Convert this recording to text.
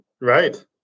Right